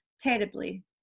terribly